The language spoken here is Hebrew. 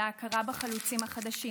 על ההכרה בחלוצים ה"חדשים",